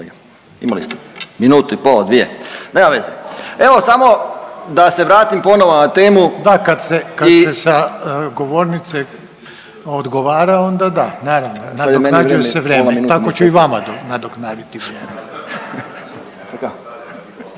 Imali ste minutu i pol, dvije, nema veze. Evo samo da se vratim ponovo na temu. **Reiner, Željko (HDZ)** Da kada se sa govornice odgovara onda da. Naravno nadoknađuje se vrijeme. Tako ću i vama nadoknaditi vrijeme.